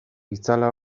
itzala